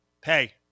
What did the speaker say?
Pay